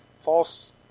false